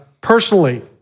personally